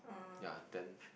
ya then